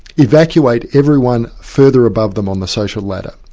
evacuate everyone further above them on the social ladder,